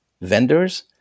vendors